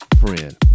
friend